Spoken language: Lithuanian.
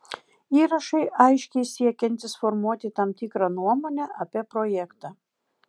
įrašai aiškiai siekiantys formuoti tam tikrą nuomonę apie projektą